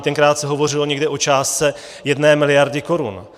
Tenkrát se hovořilo někde o částce jedné miliardy korun.